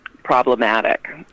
Problematic